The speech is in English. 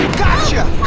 gotcha!